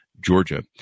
Georgia